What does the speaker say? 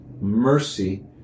mercy